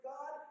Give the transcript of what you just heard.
God